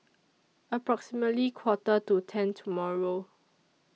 approximately Quarter to ten tomorrow